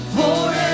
Forever